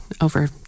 over